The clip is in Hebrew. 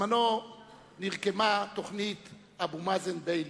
כשנרקמה תוכנית אבו-מאזן ביילין,